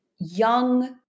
young